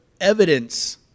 evidence